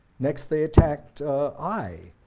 next they attacked ai,